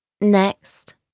next